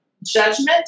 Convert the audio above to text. judgment